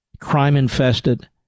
crime-infested